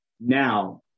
now